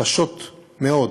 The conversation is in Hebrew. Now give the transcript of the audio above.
קשות מאוד,